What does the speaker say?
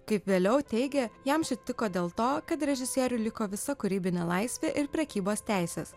kaip vėliau teigė jam ši tiko dėl to kad režisieriui liko visa kūrybinė laisvė ir prekybos teisės